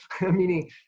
meaning